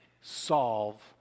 solve